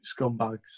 scumbags